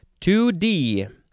2D